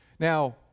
Now